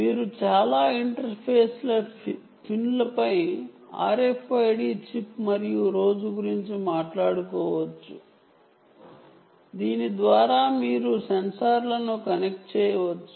మీరు చాలా interface pins మరియు RFID చిప్ గురించి మాట్లాడుకోవచ్చు దీని ద్వారా మీరు సెన్సార్లను కనెక్ట్ చేయవచ్చు